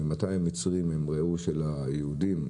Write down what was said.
ממתי המצרים הם רעהו של היהודים?